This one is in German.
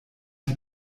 die